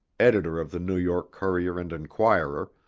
editor of the new york courier and enquirer,